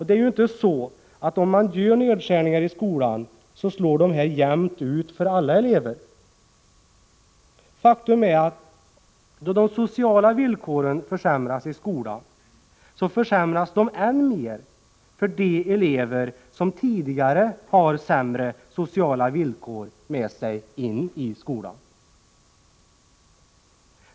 Det är ju inte så att nedskärningar i skolan slår jämnt för alla elever. Faktum är att då de sociala villkoren försämras i skolan, då försämras de än mer för de elever som har sämre sociala villkor med sig in i skolan.